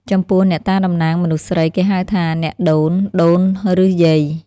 ចំពោះ អ្នកតាតំណាងមនុស្សស្រី គេហៅថា អ្នកដូន ដូន ឬយាយ ។